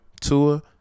Tua